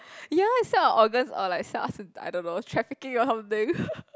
ya sell our organs or like sell us to I don't know trafficking or something